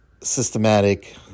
systematic